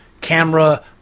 camera